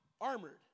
armored